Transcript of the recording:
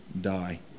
die